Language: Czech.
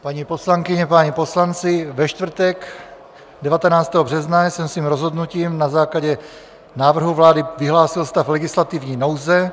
Paní poslankyně, páni poslanci, ve čtvrtek 19. března jsem svým rozhodnutím na základě návrhu vlády vyhlásil stav legislativní nouze.